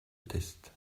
test